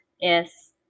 Yes